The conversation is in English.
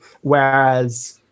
whereas